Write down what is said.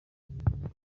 nyampinga